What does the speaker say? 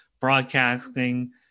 broadcasting